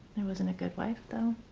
i wasn't a good wife, though.